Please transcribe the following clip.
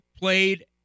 played